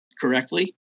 correctly